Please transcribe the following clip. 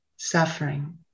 suffering